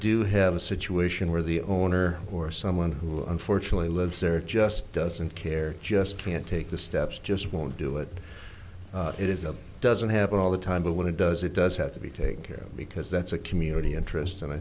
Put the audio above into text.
do have a situation where the owner or someone who unfortunately lives there just doesn't care just can't take the steps just won't do it it is a doesn't happen all the time but when it does it does have to be taken care of because that's a community interest and i